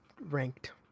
ranked